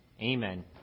Amen